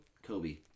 Kobe